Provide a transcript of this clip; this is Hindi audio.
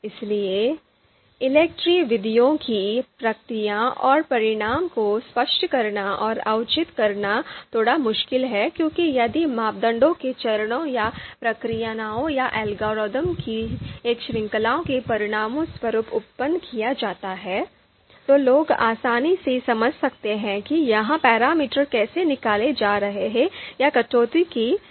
इसलिए ELECTRE विधियों की प्रक्रिया और परिणाम को स्पष्ट करना और औचित्य करना थोड़ा मुश्किल है क्योंकि यदि मापदंडों को चरणों या प्रक्रियाओं या एल्गोरिथ्म की एक श्रृंखला के परिणामस्वरूप उत्पन्न किया जाता है तो लोग आसानी से समझ सकते हैं कि ये पैरामीटर कैसे निकाले जा रहे हैं या कटौती की जा रही है